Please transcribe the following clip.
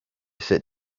sit